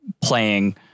playing